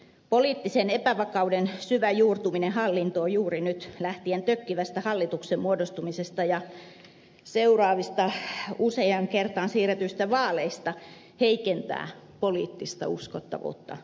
poliittisen epävakauden syvä juurtuminen hallintoon juuri nyt lähtien tökkivästä hallituksen muodostumisesta ja useaan kertaan siirretyistä vaaleista heikentää poliittista uskottavuutta vahvasti